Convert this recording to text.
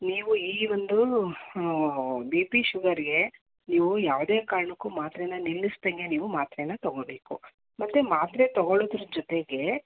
ನೀವು ಈ ಒಂದು ಬಿ ಪಿ ಶುಗರಿಗೆ ನೀವು ಯಾವುದೇ ಕಾರಣಕ್ಕೂ ಮಾತ್ರೆನ ನಿಲ್ಲಿಸ್ಧಾಗೆ ನೀವು ಮಾತ್ರೆನ್ನ ತೊಗೋಬೇಕು ಮತ್ತೆ ಮಾತ್ರೆ ತೊಗೊಳೋದ್ರ ಜೊತೆಗೆ